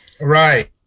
Right